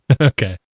Okay